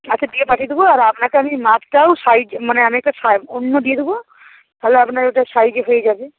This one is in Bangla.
আচ্ছা দিয়ে পাঠিয়ে দেবো আর আপনাকে আমি মাপটাও সাইজ মানে আমি একটা অন্য দিয়ে দেবো তাহলে আপনার ওটা শাড়িতে হয়ে যাবে